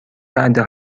وعده